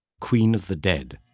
queen of the dead,